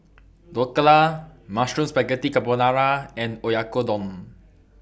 Dhokla Mushroom Spaghetti Carbonara and Oyakodon